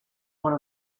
one